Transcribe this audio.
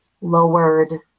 lowered